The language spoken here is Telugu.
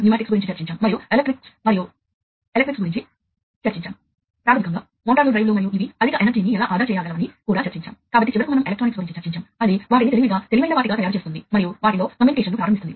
కాబట్టి ఇది నెట్వర్క్ లో కనెక్ట్ చేయబడుతుంది ఆపై అది నెట్వర్క్ బస్సులో ఉంటుంది కాబట్టి ఇది నెట్వర్క్ బస్సులోని ఇతర పరికరాలతో కమ్యూనికేట్ చేయగలదు